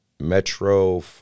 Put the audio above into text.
Metro